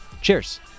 Cheers